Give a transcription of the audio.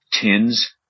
tins